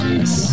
Yes